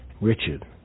Richard